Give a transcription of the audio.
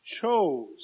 chose